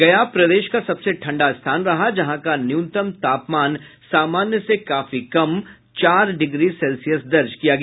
गया प्रदेश का सबसे ठंडा स्थान रहा जहां का न्यूनतम तापमान सामान्य से काफी कम चार डिग्री सेल्सियस दर्ज किया गया